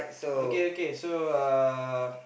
okay okay so uh